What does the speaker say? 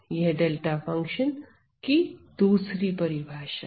यह delta function की दूसरी परिभाषा है